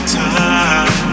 time